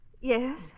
Yes